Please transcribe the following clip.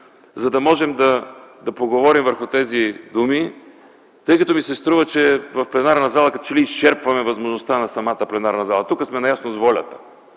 за да можем да поговорим върху тези думи, тъй като ми се струва, че в пленарната зала като че ли изчерпваме възможността на самата пленарна зала. Тук сме наясно с волята.